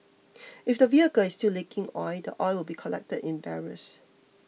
if the vehicle is still leaking oil the oil will be collected in barrels